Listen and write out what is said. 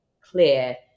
clear